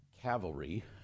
cavalry